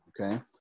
okay